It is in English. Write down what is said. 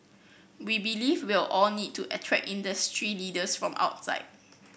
we believe we'll all need to attract industry leaders from outside